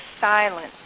silence